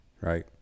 right